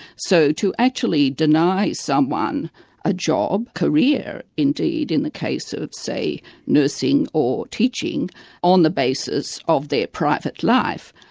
so to actually deny someone a job career, indeed, in the case of say nursing or teaching on the basis of their private life,